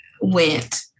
went